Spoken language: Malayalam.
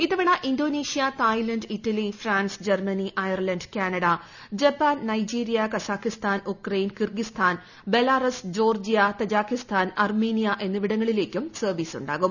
ഇത്തവണ Indonesia Thailand Italy France Germany Ireland Canada Japan Nigeria Kazakhstan Ukraine Kyrgyzstan Belarus Georgia Tajikistan Armenia എന്നിവിടങ്ങളിലേക്കും സർവ്വീസുണ്ടാകും